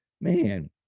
man